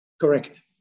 Correct